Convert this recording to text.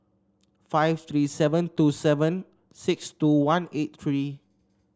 five three seven two seven six two one eight three